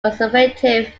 conservative